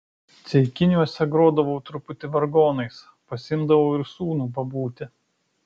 ceikiniuose grodavau truputį vargonais pasiimdavau ir sūnų pabūti